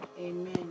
Amen